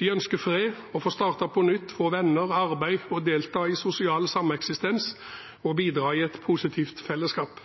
De ønsker fred, å få starte på nytt, få venner og arbeid, delta i sosial sameksistens og bidra i et positivt fellesskap.